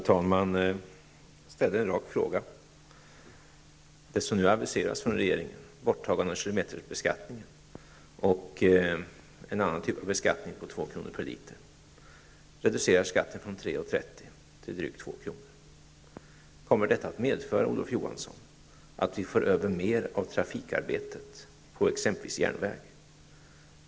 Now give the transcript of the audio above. Herr talman! Jag ställde en rak fråga om det som har aviserats av regeringen, nämligen ett borttagande av kilometerskatten och genomförandet av en annan typ av beskattning med Johansson, att medföra att vi för över mer av trafikarbetet på exempelvis järnväg?